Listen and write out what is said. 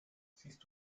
siehst